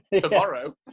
tomorrow